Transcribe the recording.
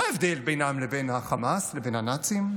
מה ההבדל בינם לחמאס ולנאצים?